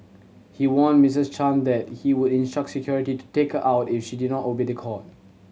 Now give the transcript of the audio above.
he warned Missus Chan that he would instruct security to take her out if she did not obey the court